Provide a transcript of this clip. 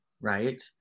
right